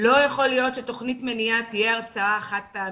לא יכול להיות שתוכנית מניעה תהיה הרצאה חד-פעמית.